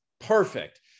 perfect